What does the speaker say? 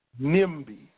NIMBY